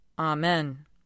Amen